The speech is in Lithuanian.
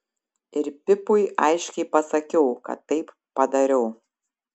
ir pipui aiškiai pasakiau kad taip padariau